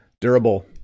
Durable